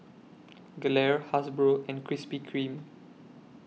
Gelare Hasbro and Krispy Kreme